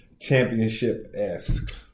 championship-esque